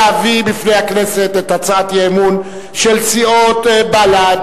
להביא בפני הכנסת את הצעת האי-אמון של סיעות בל"ד,